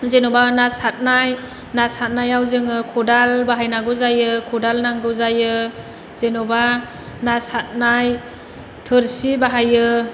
जेन'बा ना सारनाय ना सारनायाव जोङो खदाल बाहायनांगौ जायो खदाल नांगौ जायो जेन'बा ना सारनाय थोरसि बाहायो